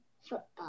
Football